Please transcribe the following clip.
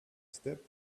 step